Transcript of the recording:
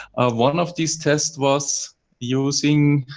one of these tests was using